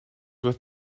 with